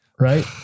right